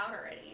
already